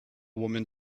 woman